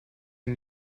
ihn